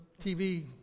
TV